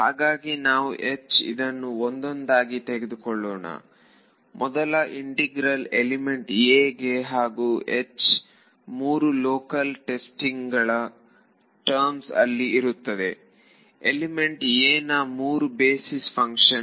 ಹಾಗಾಗಿ ನಾವು ಇದನ್ನು ಒಂದೊಂದಾಗಿ ತೆಗೆದುಕೊಳ್ಳೋಣಮೊದಲ ಇಂಟಿಗ್ರಲ್ ಎಲಿಮೆಂಟ್ a ಗೆ ಹಾಗೂ ಮೂರು ಲೋಕಲ್ ಟೆಸ್ಟ್ ಗಳ ಟರ್ಮ್ಸ್ ಅಲ್ಲಿ ಇರುತ್ತದೆಎಲಿಮೆಂಟ್ a'ನ ಮೂರು ಬೇಸಿಸ್ ಫಂಕ್ಷನ್